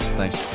Thanks